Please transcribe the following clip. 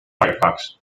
firefox